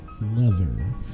leather